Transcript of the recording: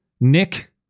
Nick